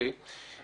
תודה.